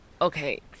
okay